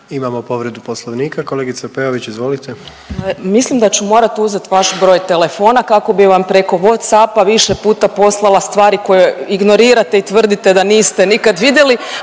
Imamo povredu poslovnika kolegice Peović izvolite. **Peović, Katarina (RF)** Mislim da ću morat uzet vaš broj telefona kako bi vam preko WhatsAppa više puta poslala stvari koje ignorirate i tvrdite da niste nikad vidili.